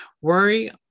worry